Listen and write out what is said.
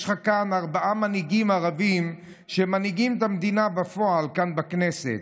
יש לך כאן ארבעה מנהיגים ערבים שמנהיגים את המדינה בפועל כאן בכנסת,